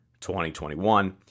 2021